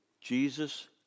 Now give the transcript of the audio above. Jesus